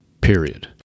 period